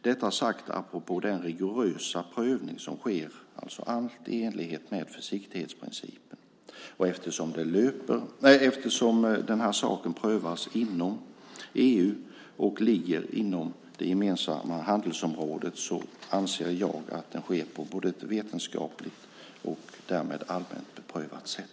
Detta sagt apropå den rigorösa prövning som sker, allt i enlighet med försiktighetsprincipen. Eftersom den här saken prövas inom EU och ligger inom det gemensamma handelsområdet anser jag att detta sker på ett både vetenskapligt och därmed allmänt beprövat sätt.